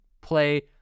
play